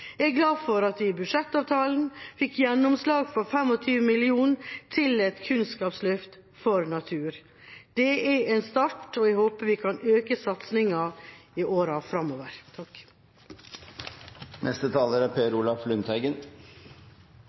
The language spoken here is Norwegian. Jeg er glad for at vi i budsjettavtalen fikk gjennomslag for 25 mill. kr til et kunnskapsløft for natur. Det er en start, og jeg håper vi kan øke satsinga i åra fremover. Hvorfor er